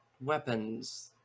weapons